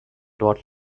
dort